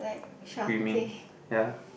screaming ya